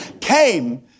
came